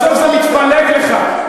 בסוף זה מתפלק לך.